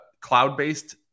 cloud-based